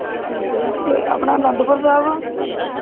ਠੀਕ ਹੈ ਜੀ ਅਤੇ ਆਪਣਾ ਅਨੰਦਪੁਰ ਸਾਹਿਬ